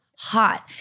hot